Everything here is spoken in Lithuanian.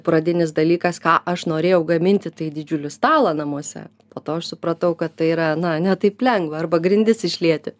pradinis dalykas ką aš norėjau gaminti tai didžiulį stalą namuose po to aš supratau kad tai yra na ne taip lengva arba grindis išlieti